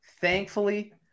Thankfully